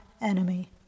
enemy